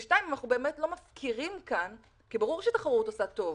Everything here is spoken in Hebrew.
ושנית, ברור שתחרות עושה טוב,